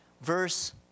Verse